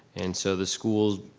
and so the school,